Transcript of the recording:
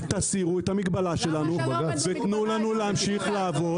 תסירו את המגבלה שלנו ותנו לנו להמשיך לעבוד